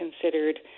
considered